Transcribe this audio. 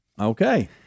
Okay